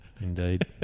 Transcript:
Indeed